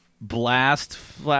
blast